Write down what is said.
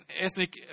ethnic